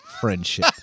friendship